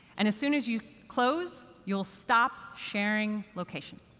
and as soon as you close, you'll stop sharing location.